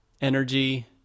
energy